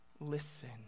listen